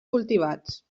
cultivats